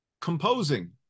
composing